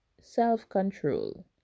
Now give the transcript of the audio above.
Self-control